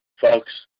folks